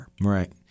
Right